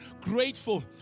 grateful